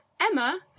emma